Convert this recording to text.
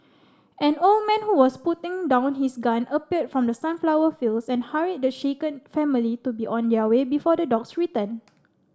an old man who was putting down his gun appeared from the sunflower fields and hurried the shaken family to be on their way before the dogs return